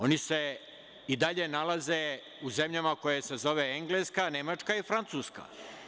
Oni se i dalje nalaze u zemljama koje se zovu Engleska, Nemačka i Francuska.